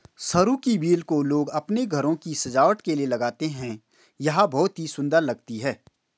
सरू की बेल को लोग अपने घरों की सजावट के लिए लगाते हैं यह बहुत ही सुंदर लगती है